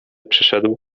przyszedł